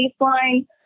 baseline